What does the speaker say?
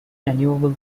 renewable